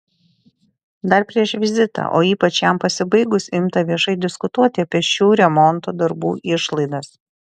dar prieš vizitą o ypač jam pasibaigus imta viešai diskutuoti apie šių remonto darbų išlaidas